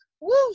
Woo